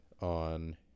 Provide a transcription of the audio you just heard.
on